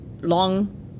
long